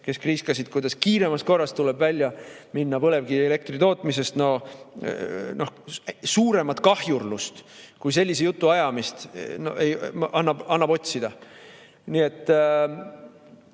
kes kriiskasid, kuidas kiiremas korras tuleb välja minna põlevkivielektri tootmisest. No suuremat kahjurlust kui sellise jutu ajamine annab otsida! Jah,